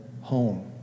home